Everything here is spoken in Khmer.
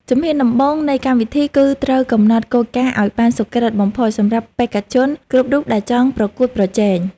ជំហានដំបូងនៃកម្មវិធីគឺត្រូវកំណត់គោលការណ៍ឱ្យបានសុក្រឹតបំផុតសម្រាប់បេក្ខជនគ្រប់រូបដែលចង់ប្រកួតប្រជែង។